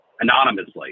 anonymously